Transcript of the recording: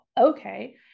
Okay